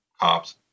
cops